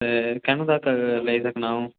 ते केलू तक लेई सकना अ'ऊं